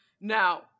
Now